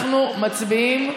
אנחנו מצביעים.